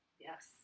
Yes